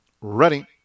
ready